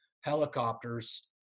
helicopters